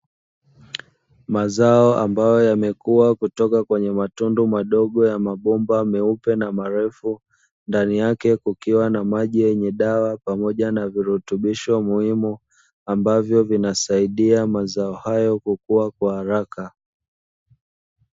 Mazao ambayo yamekuwa kutoka kwenye matundu madogo ya mabomba meupe na marefu ndani yake, kukiwa na maji yenye dawa pamoja na virutubisho muhimu ambavyo vinasaidia mazao hayo kukua kwa haraka.